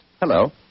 Hello